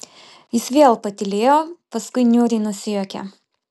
jis vėl patylėjo paskui niūriai nusijuokė